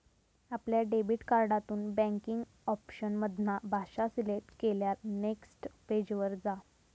आपल्या डेबिट कार्डातून banking option मधना भाषा सिलेक्ट केल्यार नेक्स्ट पेज वर जा